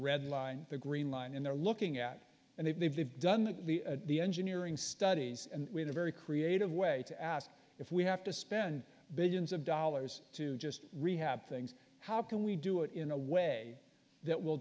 red line the green line and they're looking at and they've they've they've done the engineering studies and in a very create ative way to ask if we have to spend billions of dollars to just rehab things how can we do it in a way that will